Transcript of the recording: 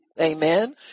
Amen